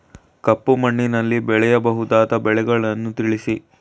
ಕಪ್ಪು ಮಣ್ಣಿನಲ್ಲಿ ಬೆಳೆಯಬಹುದಾದ ಬೆಳೆಗಳನ್ನು ತಿಳಿಸಿ?